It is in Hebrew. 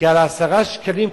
כי על ה-10 שקלים,